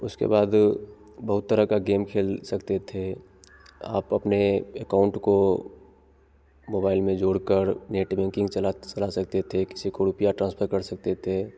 उसके बाद बहुत तरह का गेम खेल सकते थे आप अपने अकाउंट को मोबाइल में जोड़कर नेट बैंकिंग चलात चला सकते थे किसी को रुपये ट्रांसफर कर सकते थे